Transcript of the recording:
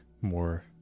more